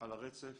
על הרצף